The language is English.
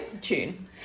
Tune